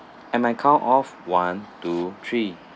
in my count of one two three